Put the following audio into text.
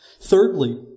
Thirdly